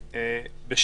תודה.